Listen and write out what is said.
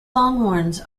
longhorns